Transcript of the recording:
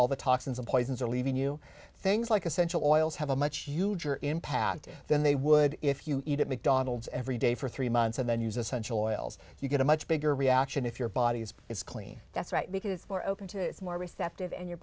all the toxins of poisons are leaving you things like essential oils have a much huge or impact than they would if you eat at mcdonald's every day for three months and then use essential oils you get a much bigger reaction if your body's is clean that's right because we're open to more receptive and your